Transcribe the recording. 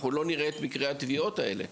אנחנו לא נראה את מקרי הטביעות האלה.